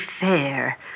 fair